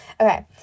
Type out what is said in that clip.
Okay